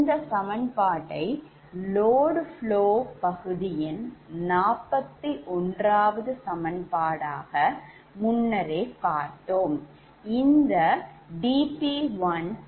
இந்த சமன்பாட்டை load flow பகுதியின் 41 சமன்பாடாக பார்த்தோம்